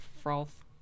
froth